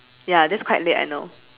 ya that's quite late I know